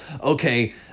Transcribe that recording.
okay